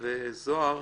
וזוהר